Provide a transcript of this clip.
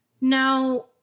now